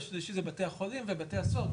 השלישי זה בתי החולים ובתי הסוהר,